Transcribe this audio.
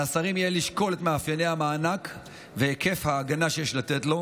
על השרים יהיה לשקול את מאפייני המענק והיקף ההגנה שיש לתת לו,